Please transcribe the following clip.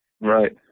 Right